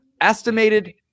estimated